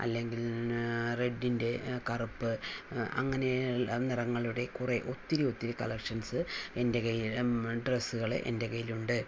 അല്ലെങ്കിൽ റെഡിൻ്റെ കറുപ്പ് അങ്ങനെയുള്ള നിറങ്ങളുടെ കുറെ ഒത്തിരി ഒത്തിരി കളക്ഷൻസ് എൻറെ കയ്യിൽ ഡ്രസ്സുകൾ എൻറെ കയ്യിൽ ഉണ്ട്